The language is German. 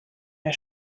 der